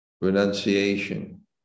renunciation